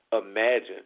imagine